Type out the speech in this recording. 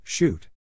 Shoot